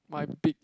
my big